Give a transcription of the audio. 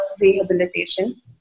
rehabilitation